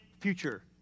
future